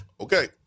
okay